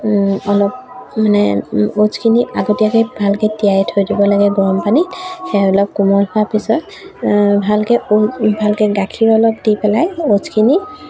অলপ মানে অ'টছখিনি আগতীয়াকৈ ভালকৈ তিয়াই থৈ দিব লাগে গৰম পানীত সেই অলপ কোমল হোৱাৰ পিছত ভালকৈ ভালকৈ গাখীৰ অলপ দি পেলাই অ'টছখিনি